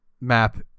map